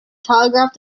telegraph